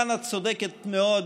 כאן את צודקת מאוד,